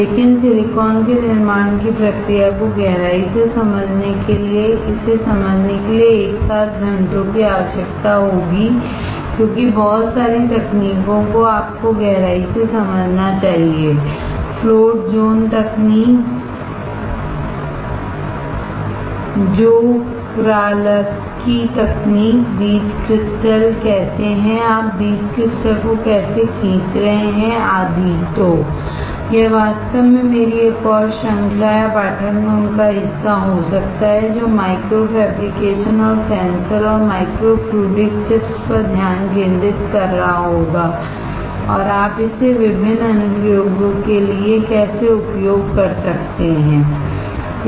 लेकिन सिलिकॉन की निर्माण प्रक्रिया को गहराई से समझने के लिए इसे समझने के लिए एक साथ घंटों की आवश्यकता होगी क्योंकि बहुत सारी तकनीकों को आपको गहराई से समझना चाहिए फ्लोट ज़ोन तकनीक Czochralski तकनीक बीज क्रिस्टल कैसे है आप बीज क्रिस्टल को कैसे खींच रहे हैं आदि तो यह वास्तव में मेरी एक और श्रृंखला या पाठ्यक्रम का हिस्सा हो सकता है जो माइक्रो फैब्रिकेशनऔर सेंसर और माइक्रो फ्लुइडिक चिप्स पर ध्यान केंद्रित कर रहा होगा और आप इसे विभिन्न अनुप्रयोगों के लिए कैसे उपयोग कर सकते हैं